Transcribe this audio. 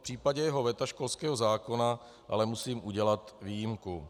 V případě jeho veta školského zákona ale musím udělat výjimku.